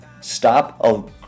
Stop